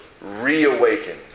reawaken